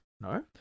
No